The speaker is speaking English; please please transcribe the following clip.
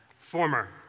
Former